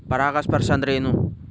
ಪರಾಗಸ್ಪರ್ಶ ಅಂದರೇನು?